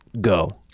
Go